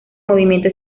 movimiento